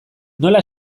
nola